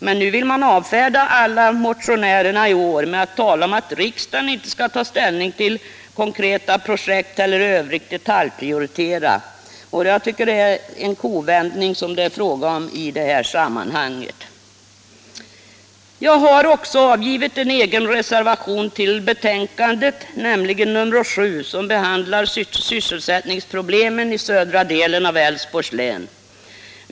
Men i år vill man avfärda alla motionärerna med att tala om att riksdagen inte skall ta ställning till konkreta projekt eller i övrigt detaljprioritera. Jag tycker det är fråga om en kovändning. Jag har också avgivit en egen reservation till betänkandet, nämligen reservationen 7, som behandlar sysselsättningsproblemen i södra delen av Älvsborgs län.